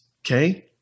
Okay